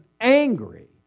angry